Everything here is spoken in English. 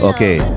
Okay